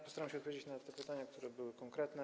Postaram się odpowiedzieć na te z nich, które były konkretne.